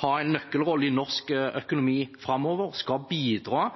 ha en nøkkelrolle i norsk økonomi framover og bidra